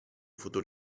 futur